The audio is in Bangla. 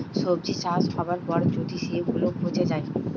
সবজি চাষ হবার পর যদি সেগুলা পচে যায়